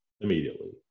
immediately